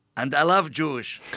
and i love jewish.